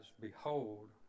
Behold